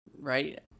right